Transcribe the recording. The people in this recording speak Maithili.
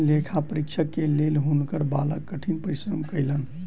लेखा परीक्षक के लेल हुनकर बालक कठिन परिश्रम कयलैन